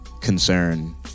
concern